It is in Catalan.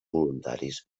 voluntaris